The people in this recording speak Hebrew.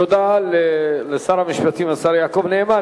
תודה לשר המשפטים, השר יעקב נאמן.